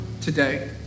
today